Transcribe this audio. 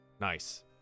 Nice